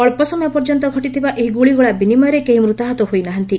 ଅଳ୍ପସମୟ ପର୍ଯ୍ୟନ୍ତ ଘଟିଥିବା ଏହି ଗୁଳିଗୋଳା ବିନିମୟରେ କେହି ମୃତାହତ ହୋଇନାହାନ୍ତି